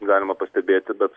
galima pastebėti bet